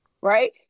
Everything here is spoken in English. Right